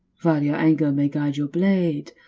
while your anger may guide your blade,